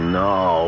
no